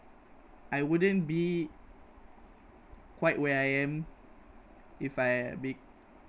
I wouldn't be quite where I am if I